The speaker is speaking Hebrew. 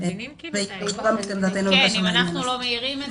יש לי שאלה.